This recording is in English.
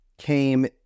came